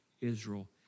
Israel